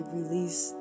release